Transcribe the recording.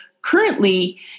currently